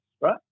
right